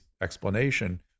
explanation